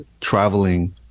traveling